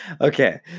Okay